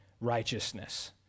righteousness